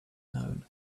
known